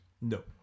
No